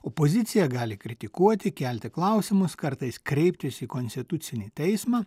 opozicija gali kritikuoti kelti klausimus kartais kreiptis į konstitucinį teismą